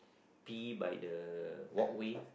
pee by the walkway